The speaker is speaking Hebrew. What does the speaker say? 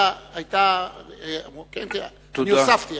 תודה, כבודו.